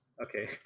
Okay